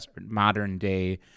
modern-day